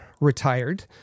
retired